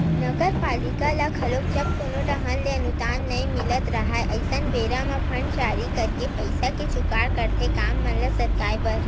नगरपालिका ल घलो जब कोनो डाहर ले अनुदान नई मिलत राहय अइसन बेरा म बांड जारी करके पइसा के जुगाड़ करथे काम मन ल सरकाय बर